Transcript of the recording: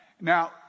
Now